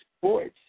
Sports